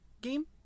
game